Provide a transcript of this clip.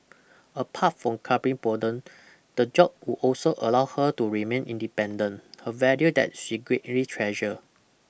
apart from curbing boredom the job would also allow her to remain independent a value that she greatly treasure